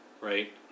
Right